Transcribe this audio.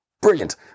brilliant